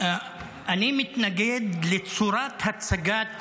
אני מתנגד לצורת הצגת